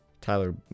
Tyler